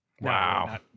Wow